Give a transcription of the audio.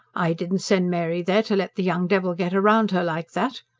i didn't send mary there to let the young devil get round her like that.